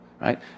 right